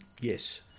yes